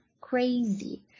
Crazy